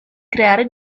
creare